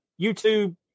YouTube